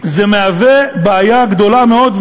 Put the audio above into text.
זה מהווה בעיה גדולה מאוד,